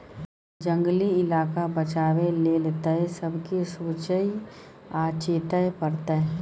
जंगली इलाका बचाबै लेल तए सबके सोचइ आ चेतै परतै